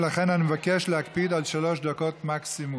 ולכן אני מבקש להקפיד על שלוש דקות מקסימום.